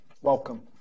welcome